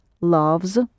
loves